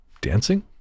dancing